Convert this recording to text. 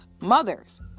mothers